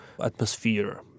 atmosphere